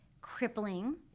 crippling